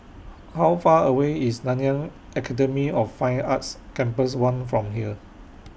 How Far away IS Nanyang Academy of Fine Arts Campus one from here